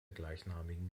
gleichnamigen